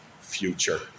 future